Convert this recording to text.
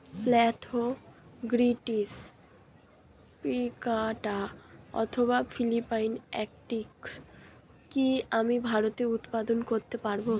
Spathoglottis plicata অথবা Philippine orchid কি আমি ভারতে উৎপাদন করতে পারবো?